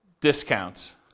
discounts